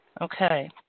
Okay